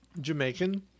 Jamaican